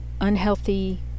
unhealthy